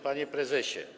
Panie Prezesie!